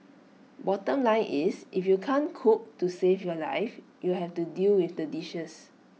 bottom line is if you can't cook to save your life you'll have to deal with the dishes